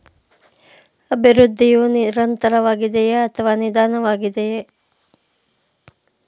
ಅಭಿವೃದ್ಧಿಯು ನಿರಂತರವಾಗಿದೆಯೇ ಅಥವಾ ನಿಧಾನವಾಗಿದೆಯೇ?